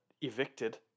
evicted